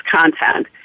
content